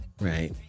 right